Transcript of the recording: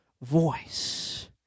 voice